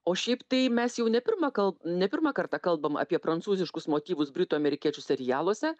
o šiaip tai mes jau ne pirmą kal ne pirmą kartą kalbam apie prancūziškus motyvus britų amerikiečių serialuose